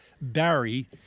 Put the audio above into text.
Barry